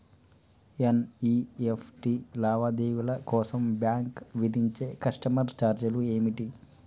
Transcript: NEFT లావాదేవీల కోసం bank విధించే కస్టమర్ ఛార్జీలు ఏమిటి?